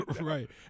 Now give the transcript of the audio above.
Right